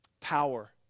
power